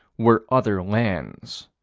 were other lands.